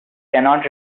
cannot